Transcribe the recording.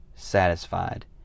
satisfied